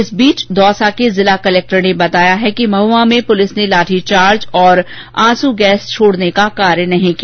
इस बीच दौसा के जिला कलेक्टर ने बताया है कि महआ में पूलिस ने लाठीचार्ज और आंसू गैस छोड़ने का कार्य नहीं किया